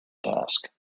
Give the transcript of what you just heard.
task